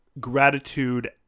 gratitude